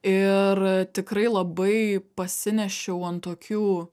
ir tikrai labai pasinešiau ant tokių